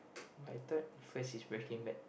my third first is Breaking Bad